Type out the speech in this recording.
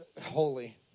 holy